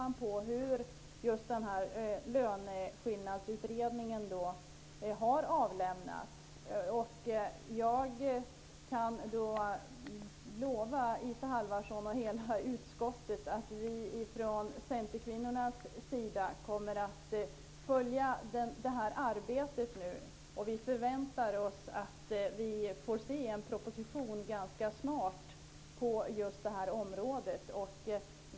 Man pekar på att Jag kan lova Isa Halvarsson och hela utskottet att vi från centerkvinnornas sida kommer att följa det här arbetet. Vi förväntar oss en propositionen ganska snart på det här området.